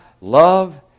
love